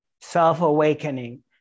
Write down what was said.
self-awakening